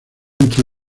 entró